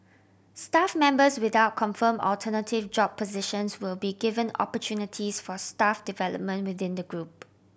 staff members without confirm alternative job positions will be given opportunities for staff development within the group